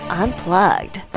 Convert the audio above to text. unplugged